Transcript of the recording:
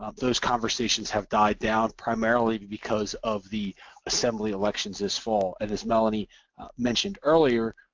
ah those conversations have died down, primarily because of the assembly elections this fall, and as melanie mentioned earlier,